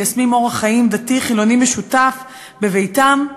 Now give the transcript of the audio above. הם מיישמים אורח דתי-חילוני משותף בביתם,